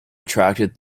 attracted